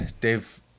Dave